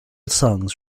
songs